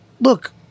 look